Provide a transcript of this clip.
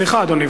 סליחה, אדוני.